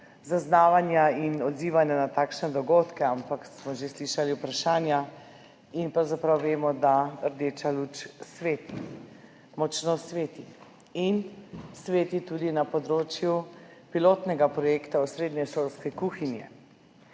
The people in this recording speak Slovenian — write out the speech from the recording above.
zaznavanja in odzivanja na takšne dogodke, ampak smo že slišali vprašanja in pravzaprav vemo, da rdeča luč sveti – močno sveti in sveti tudi na področju pilotnega projekta Osrednja šolska kuhinja.